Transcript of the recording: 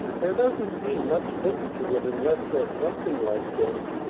there doesn't seem much sense to it unless there's something like this.